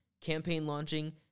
campaign-launching